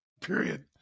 Period